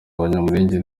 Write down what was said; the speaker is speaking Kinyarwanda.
abanyamulenge